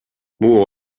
muu